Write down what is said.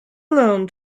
learn